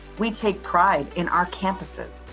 we take pride in our campuses,